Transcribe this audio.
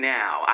now